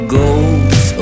goes